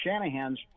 Shanahan's